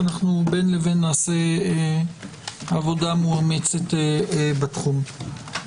בין לבין נעשה עבודה מאומצת בתחום.